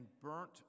burnt